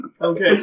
Okay